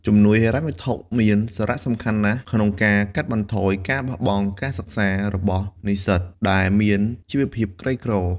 ជំនួយហិរញ្ញវត្ថុមានសារៈសំខាន់ណាស់ ក្នុងការកាត់បន្ថយការបោះបង់ការសិក្សារ របស់និស្សិតដែលមានជីវៈភាពក្រីក្រ។